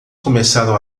começaram